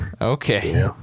Okay